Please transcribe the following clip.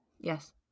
Yes